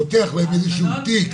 פותח להם איזשהו תיק.